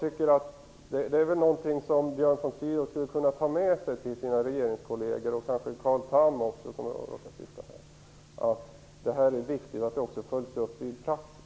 Detta skulle Björn von Sydow kunna ta med sig till sina kontakter i regeringen, kanske t.ex. till Carl Tham. Det är viktigt att detta följs upp i praktiken.